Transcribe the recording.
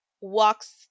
walks